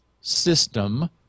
system